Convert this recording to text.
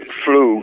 flu